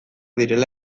direla